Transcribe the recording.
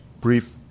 brief